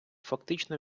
фактично